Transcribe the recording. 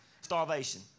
Starvation